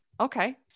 okay